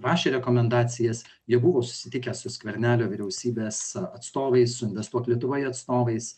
rašė rekomendacijas jie buvo susitikę su skvernelio vyriausybės atstovais su investuok lietuvoje atstovais